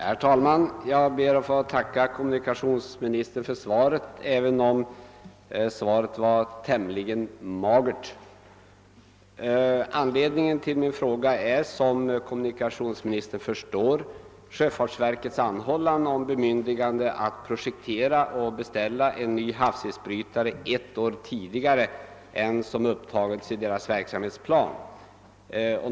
Herr talman! Jag ber att få tacka kommunikationsministern för svaret, även om det var tämligen magert. Anledningen till min fråga är, som komimnunikationsministern förstår, sjöfarts verkets anhållan om bemyndigande att projektera och beställa en ny havsisbrytare ett år tidigare än vad som angetts i dess verksamhetsplan.